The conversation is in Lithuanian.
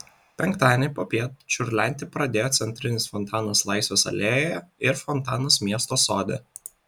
penktadienį popiet čiurlenti pradėjo centrinis fontanas laisvės alėjoje ir fontanas miesto sode